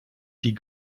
die